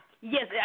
Yes